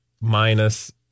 minus